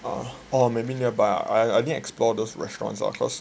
or maybe nearby orh I didn't explore those restaurants ah cause